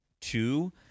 two